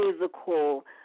physical